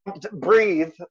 breathe